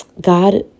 God